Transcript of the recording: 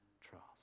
trust